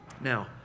Now